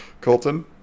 Colton